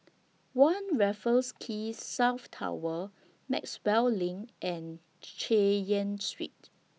one Raffles Quay South Tower Maxwell LINK and Chay Yan Street